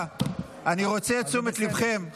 אני רוצה את תשומת ליבכם.